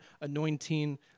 anointing